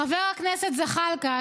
חבר הכנסת זחאלקה,